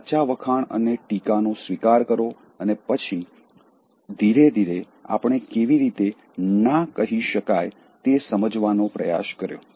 સાચા વખાણ અને ટીકાનો સ્વીકાર કરો અને પછી ધીરે ધીરે આપણે કેવી રીતે ના કહી શકાય તે સમજવાનો પ્રયાસ કર્યો